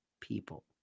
people